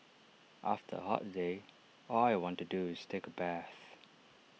after A hot day all I want to do is take A bath